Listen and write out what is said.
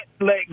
let